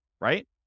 right